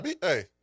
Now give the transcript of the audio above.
Hey